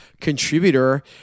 contributor